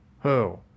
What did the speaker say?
Who